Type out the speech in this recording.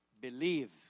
believe